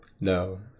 No